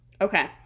Okay